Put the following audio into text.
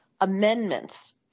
Amendments